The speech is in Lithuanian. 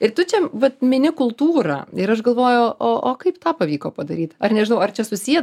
ir tu čia vat mini kultūrą ir aš galvoju o o kaip tą pavyko padaryt ar nežinau ar čia susiję